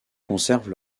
conservent